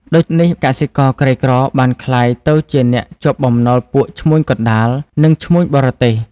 ដូចនេះ កសិករក្រីក្របានក្លាយទៅជាអ្នកជាប់បំណុលពួកឈ្មួញកណ្ដាល និងឈ្មួញបរទេស។